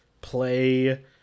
play